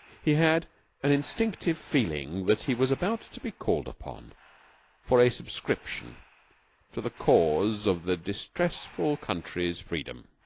he had an instinctive feeling that he was about to be called upon for a subscription to the cause of the distressful country's freedom.